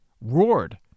roared